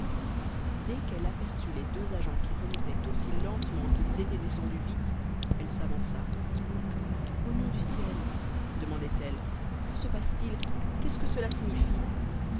dès qu'elle aperçut les deux agents qui remontaient aussi lentement qu'ils étaient descendus vite elle s'avança au nom du ciel demandait-elle que se passe-t-il qu'est-ce que cela signifie